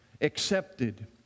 accepted